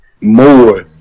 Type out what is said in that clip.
more